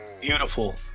Beautiful